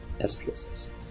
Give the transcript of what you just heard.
SPSS